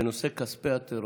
בנושא כספי הטרור.